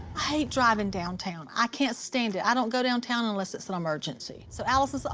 hate driving downtown. i can't stand it. i don't go downtown unless it's an emergency. so allisyn says, oh,